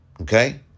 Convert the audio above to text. Okay